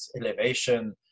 elevation